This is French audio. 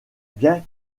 bien